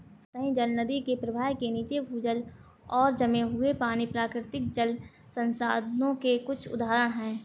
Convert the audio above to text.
सतही जल, नदी के प्रवाह के नीचे, भूजल और जमे हुए पानी, प्राकृतिक जल संसाधनों के कुछ उदाहरण हैं